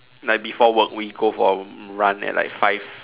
like before work we go for a run at like five